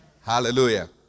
Hallelujah